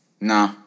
Nah